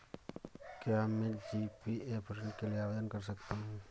क्या मैं जी.पी.एफ ऋण के लिए आवेदन कर सकता हूँ?